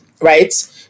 right